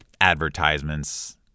advertisements